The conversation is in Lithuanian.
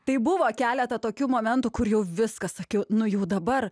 tai buvo keletą tokių momentų kur jau viskas sakiau nu jau dabar